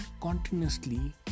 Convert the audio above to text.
continuously